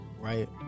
Right